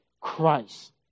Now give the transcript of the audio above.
Christ